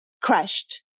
crashed